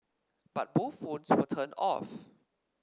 but both phones were turned off